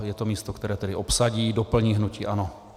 Je to místo, které tedy obsadí a doplní hnutí ANO.